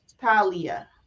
Talia